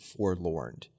forlorn